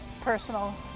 personal